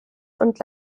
und